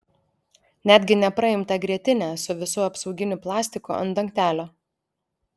netgi nepraimtą grietinę su visu apsauginiu plastiku ant dangtelio